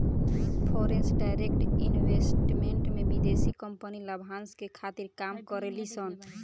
foreign direct investment में विदेशी company लाभांस के खातिर काम करे ली सन